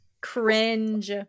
cringe